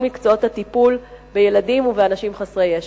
מקצועות הטיפול בילדים ובאנשים חסרי ישע.